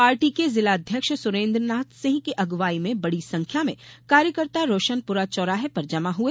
party के जिलाध्यक्ष सुरेन्द्रनाथ सिंह की अग्वाई में बड़ी संख्या में कार्यकर्ता रोशनपुरा चौराहे पर जमा हुए